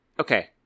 okay